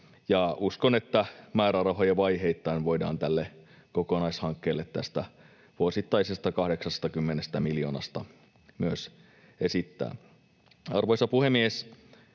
Uskon, että määrärahoja vaiheittain voidaan tälle kokonaishankkeelle tästä vuosittaisesta 80 miljoonasta esittää. Arvoisa puhemies!